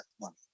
money